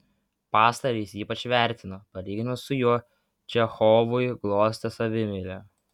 pastarąjį jis ypač vertino palyginimas su juo čechovui glostė savimeilę